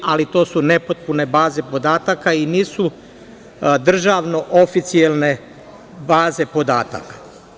Ali, to su nepotpune baze podataka i nisu državno oficijalne baze podataka.